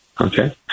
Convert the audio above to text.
okay